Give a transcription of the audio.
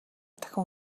дахин